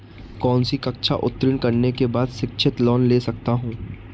कौनसी कक्षा उत्तीर्ण करने के बाद शिक्षित लोंन ले सकता हूं?